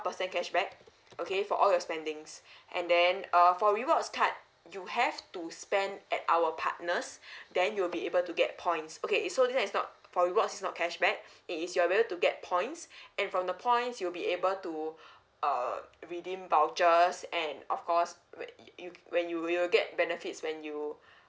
percent cashback okay for all your spendings and then uh for rewards card you have to spend at our partners then you'll be able to get points okay so than uh it's not for reward it is not cashback it is you're able to get points and from the points you'll be able to uh redeem vouchers and of course whe~ y~ you when you you'll get benefits when you